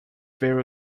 very